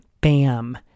Bam